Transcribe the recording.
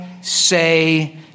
say